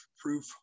proof